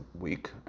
week